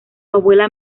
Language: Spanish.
abuela